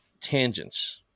tangents